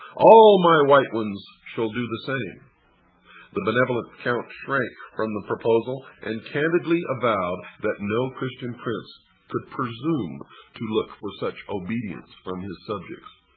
all my white ones shall do the same the benevolent count shrank from the proposal, and candidly avowed that no christian prince could presume to look for such obedience from his subjects.